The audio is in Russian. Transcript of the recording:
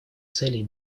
целей